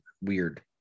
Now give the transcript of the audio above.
weird